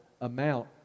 amount